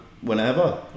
whenever